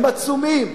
הם עצומים.